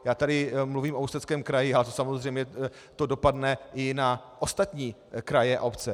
Já tady mluvím o Ústeckém kraji, samozřejmě to dopadne i na ostatní kraje a obce.